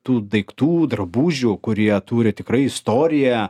tų daiktų drabužių kurie turi tikrai istoriją